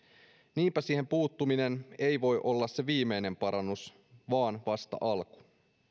niinpä siihen puuttuminen ei voi olla se viimeinen parannus vaan vasta alku